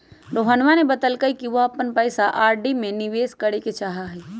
रोहनवा ने बतल कई कि वह अपन पैसा आर.डी में निवेश करे ला चाहाह हई